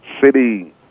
city